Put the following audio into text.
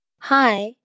Hi